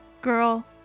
Girl